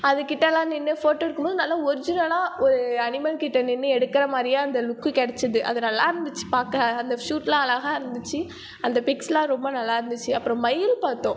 அதுகிட்டலாம் நின்று போட்டோ எடுக்கணும் நல்லா ஒர்ஜினலாக ஒரு அனிமல்கிட்ட நின்று எடுக்கிற மாதிரியே அந்த லுக் கிடச்சது அது நல்லா இருந்துச்சு பார்க்க அந்த ஷூட்லாம் அழகாக இருந்துச்சு அந்த பிக்ஸ்லாம் ரொம்ப நல்லா இருந்துச்சு அப்புறம் மயில் பார்த்தோம்